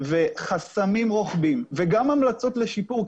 וחסמים רוחביים וגם המלצות לשיפור.